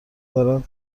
دارن